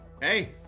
hey